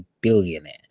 billionaire